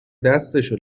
دستشو